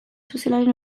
sozialaren